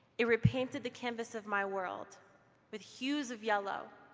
it repainted the canvas of my world with hues of yellow,